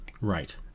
Right